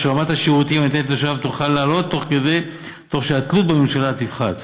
שרמת השירותים הניתנת לתושב תוכל לעלות תוך שהתלות בממשלה תפחת.